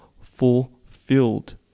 fulfilled